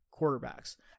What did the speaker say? quarterbacks